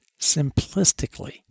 simplistically